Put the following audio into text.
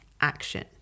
action